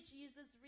Jesus